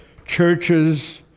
churches,